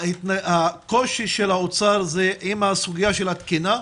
הקושי של האוצר זה עם הסוגיה של התקינה?